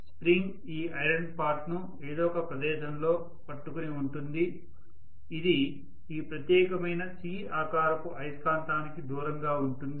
spring ఈ iron part ను ఏదో ఒక ప్రదేశంలో పట్టుకొని ఉంటుంది ఇది ఈ ప్రత్యేకమైన C ఆకారపు అయస్కాంతానికి దూరంగా ఉంటుంది